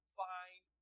find